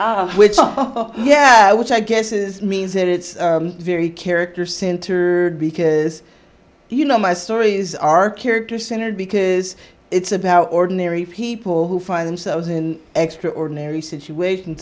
r which yeah which i guess is means that it's very character centered because you know my stories are character centered because it's about ordinary people who find themselves in extraordinary situation